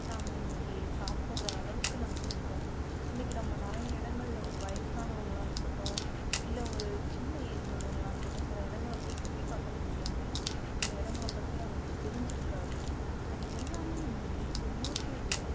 நாம் இன்றைக்கி சாப்பிடுற அளவுக்கு நம்ம வந்துட்டோம் இன்றைக்கு நம்ம நிறைய இடங்கள்ல ஒரு வயசானவங்களா இருக்கட்டும் இல்லை ஒரு சின்ன ஏஜில் உள்ளவர்களா இருக்கட்டும் சில இடங்களை போய் சுற்றி பார்க்க முடியாது அந்த இடங்கள பற்றி அவங்களுக்கு தெரிஞ்சுருக்காது அது எல்லாமே இன்றைக்கி ஒரு யூடியூபில்